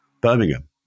Birmingham